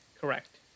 correct